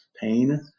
pain